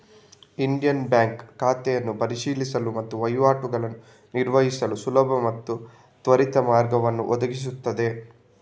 Indian bank ಖಾತೆಯನ್ನು ಪ್ರವೇಶಿಸಲು ಮತ್ತು ವಹಿವಾಟುಗಳನ್ನು ನಿರ್ವಹಿಸಲು ಸುಲಭ ಮತ್ತು ತ್ವರಿತ ಮಾರ್ಗವನ್ನು ಒದಗಿಸುತ್ತದೆ